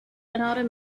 another